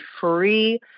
free